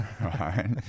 right